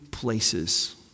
Places